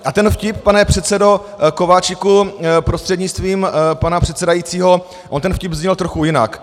A ten vtip, pane předsedo Kováčiku, prostřednictvím pana předsedajícího, on ten vtip zněl trochu jinak.